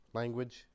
language